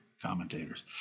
Commentators